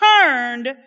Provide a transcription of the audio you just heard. turned